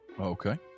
Okay